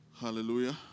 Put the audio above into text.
Hallelujah